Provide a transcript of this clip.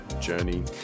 journey